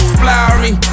flowery